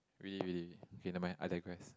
really really K never mind I digress